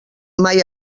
mai